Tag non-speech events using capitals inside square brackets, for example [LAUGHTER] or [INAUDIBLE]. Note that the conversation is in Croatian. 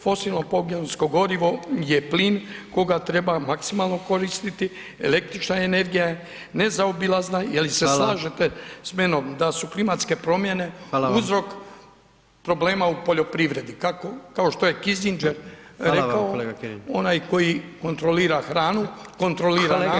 Fosilno pogonsko gorivo je plin koga treba maksimalno koristiti, električna energija je nezaobilazna, je li se slažete s menom da su klimatske promjene uzrok problema u poljoprivredi kao što je ... [UNINTELLIGIBLE] rekao onaj koji kontrolira hranu, kontrolira narod,… dobro.